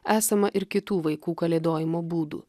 esama ir kitų vaikų kalėdojimo būdų